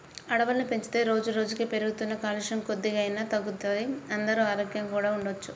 అడవుల్ని పెంచితే రోజుకి రోజుకీ పెరుగుతున్న కాలుష్యం కొద్దిగైనా తగ్గుతది, అందరూ ఆరోగ్యంగా కూడా ఉండొచ్చు